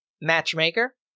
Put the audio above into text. matchmaker